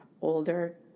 older